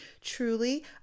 truly